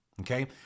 Okay